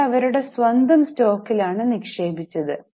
ഇത് അവരുടെ സ്വന്തം സ്റ്റോക്കിലാണ് നിക്ഷേപിച്ചത്